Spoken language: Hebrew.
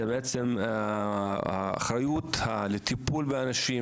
האחריות לטיפול באנשים,